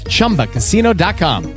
ChumbaCasino.com